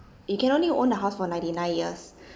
you can only own the house for ninety nine years